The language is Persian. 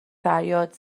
فریاد